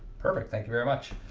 perfect thank you very much